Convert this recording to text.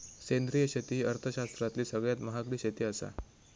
सेंद्रिय शेती ही अर्थशास्त्रातली सगळ्यात महागडी शेती आसा